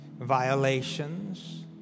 violations